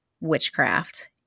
witchcraft